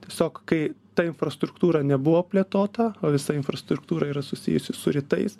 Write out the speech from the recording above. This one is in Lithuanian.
tiesiog kai ta infrastruktūra nebuvo plėtota o visa infrastruktūra yra susijusi su rytais